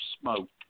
smoked